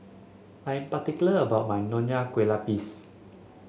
I am particular about my Nonya Kueh Lapis